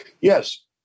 Yes